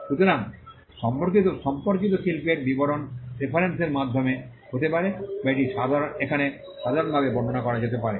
সুতরাং সম্পর্কিত শিল্পের বিবরণ রেফারেন্সের মাধ্যমে হতে পারে বা এটি এখানে সাধারণভাবে বর্ণনা করা যেতে পারে